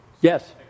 Yes